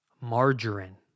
margarine